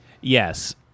Yes